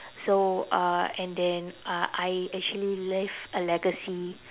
so uh and then uh I actually leave a legacy